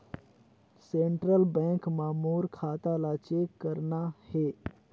Central bank मां मोर खाता ला चेक करना हे?